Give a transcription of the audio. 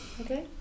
Okay